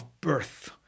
birth